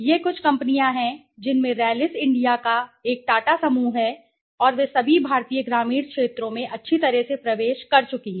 ये कुछ कंपनियां हैं जिनमें रैलिस इंडिया का एक टाटा समूह है और वे सभी भारतीय ग्रामीण क्षेत्रों में अच्छी तरह से प्रवेश कर चुकी हैं